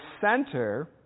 center